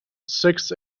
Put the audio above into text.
six